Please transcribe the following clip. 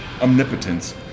omnipotence